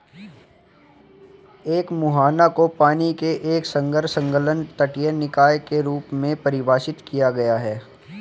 एक मुहाना को पानी के एक अर्ध संलग्न तटीय निकाय के रूप में परिभाषित किया गया है